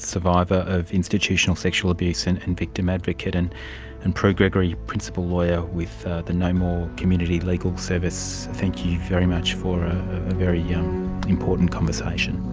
survivor of institutional sexual abuse, and and victim advocate, and and prue gregory, principal lawyer with the know more community legal service, thank you very much for a very important conversation.